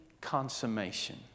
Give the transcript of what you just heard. consummation